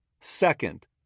Second